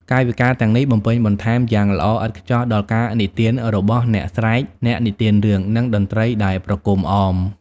កាយវិការទាំងនេះបំពេញបន្ថែមយ៉ាងល្អឥតខ្ចោះដល់ការនិទានរបស់ "អ្នកស្រែក" (អ្នកនិទានរឿង) និងតន្ត្រីដែលប្រគំអម។